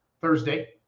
Thursday